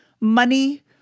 money